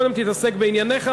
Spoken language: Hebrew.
קודם תתעסק בענייניך,